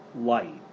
light